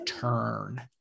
turn